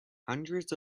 hundreds